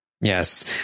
Yes